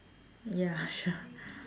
ya sure